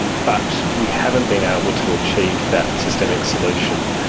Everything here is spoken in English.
and but we haven't been able to achieve that systemic solution,